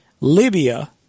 Libya